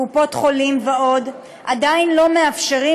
בקופות חולים ועוד עדיין לא מאפשרים